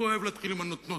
הוא אוהב להתחיל עם "הנותנות".